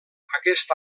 aquest